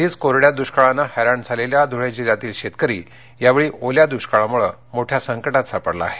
आधीच कोरड्या दुष्काळाने हैराण असलेल्या धुळे जिल्ह्यातील शेतकरी यावेळी ओल्या दृष्काळामुळे मोठ्या संकटात सापडला आहे